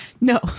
No